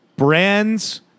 Brands